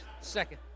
Second